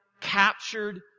captured